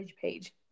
page